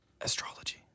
Astrology